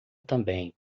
também